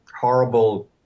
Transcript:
horrible